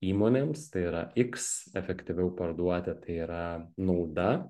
įmonėms tai yra iks efektyviau parduoti tai yra nauda